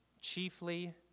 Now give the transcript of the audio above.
chiefly